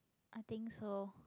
I think so